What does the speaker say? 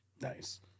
Nice